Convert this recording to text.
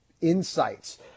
insights